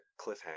cliffhanger